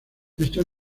esta